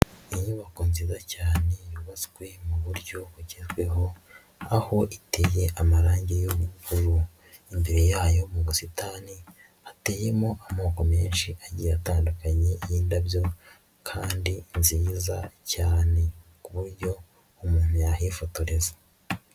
Inyubako nziza cyane yubatswe mu buryo bugezweho aho iteye amarangi y'ubururu, imbere yayo mu busitani hateyemo amoko menshi agiye atandukanye y'indabyo kandi nziza cyane kuburyo umuntu yahifotoreza.